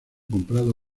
comprado